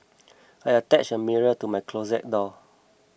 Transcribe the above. I attached a mirror to my closet door